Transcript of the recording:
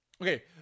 Okay